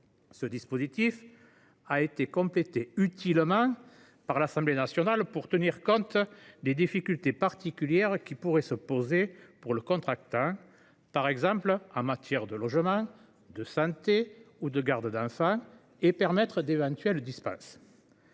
Ce dispositif a été complété utilement par l’Assemblée nationale pour tenir compte des difficultés particulières qui pourraient se poser pour le contractant, par exemple en matière de logement, de santé ou de garde d’enfant, et permettre d’éventuelles dispenses.